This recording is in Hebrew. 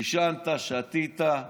עישנת, שתית,